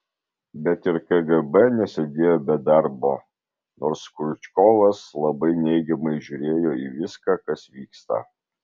bet ir kgb nesėdėjo be darbo nors kriučkovas labai neigiamai žiūrėjo į viską kas vyksta